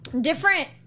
different